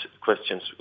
questions